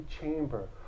chamber